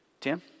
Tim